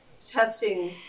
testing